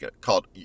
called